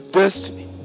destiny